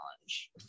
challenge